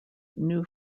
new